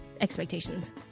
expectations